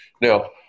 Now